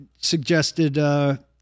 suggested